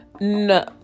No